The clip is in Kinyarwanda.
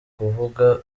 kuvuga